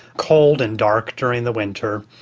cold and dark during the winter,